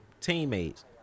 teammates